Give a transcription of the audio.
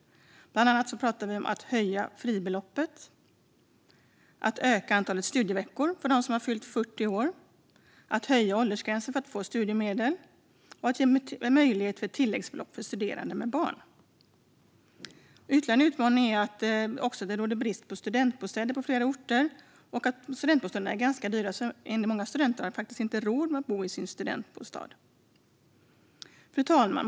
Vi talade bland annat om att höja fribeloppet, öka antalet studieveckor för den som har fyllt 40 år, höja åldersgränsen för att få studiemedel och ge möjlighet till tilläggslån för studerande med barn. En ytterligare utmaning är att det råder brist på studentbostäder på flera orter. Studentbostäderna är dessutom dyra, så därför har många studenter inte råd att bo i en studentbostad. Fru talman!